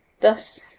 Thus